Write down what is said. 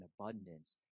abundance